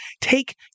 take